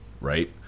right